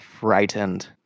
frightened